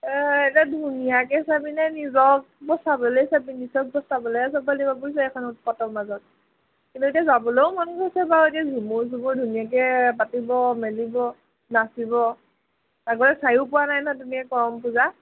এতিয়া ধুনীয়াকে চাবিনে নিজক বচাবলৈ চাবি নিজক বচাবলৈহে চাব লাগিব বুজিছ এইখন উৎপাতৰ মাজত কিন্তু এতিয়া যাবলৈও মন গৈছে বাৰু এতিয়া ঝুমুৰ চুমৰ ধুনীয়াকৈ পাতিব মেলিব নাচিব আগতে চায়ো পোৱা নাই নহয় তেনেকৈ কৰম পূজা